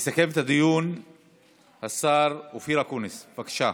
יסכם את הדיון השר אופיר אקוניס, בבקשה.